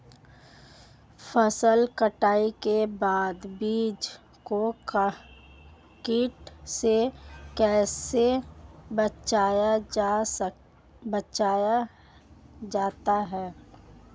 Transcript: फसल कटाई के बाद बीज को कीट से कैसे बचाया जाता है?